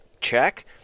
check